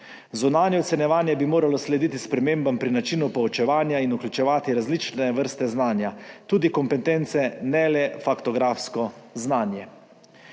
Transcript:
Zunanje ocenjevanje bi moralo slediti spremembam pri načinu poučevanja in vključevati različne vrste znanja, tudi kompetence, ne le faktografsko znanje.